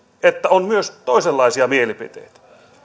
että on myös toisenlaisia mielipiteitä